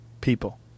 People